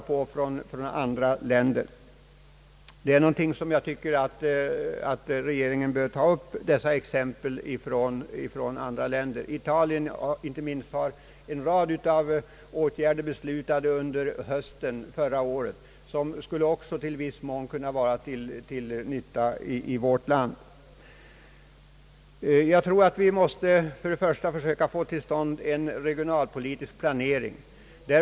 Dessa exempel från andra länder är enligt min mening någonting som bör tas till vara. Italien har under hösten förra året beslutat en rad åtgärder som också i någon mån skulle kunna vara till nytta i vårt land. Vi bör först och främst försöka få till stånd en regionalpolitisk planering.